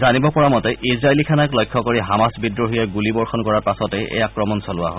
জানিব পৰা মতে ইজৰাইলী সেনাক লক্ষ্য কৰি হামাছ বিদ্ৰোহীয়ে গুলী চালনা কৰাৰ পাছতে এই আক্ৰমণ চলোৱা হয়